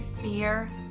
fear